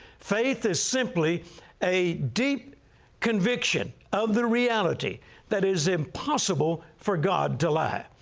faith is simply a deep conviction of the reality that is impossible for god to lie.